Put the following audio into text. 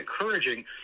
encouraging